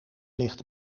ligt